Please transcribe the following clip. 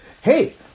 hey